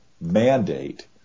mandate